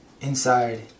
inside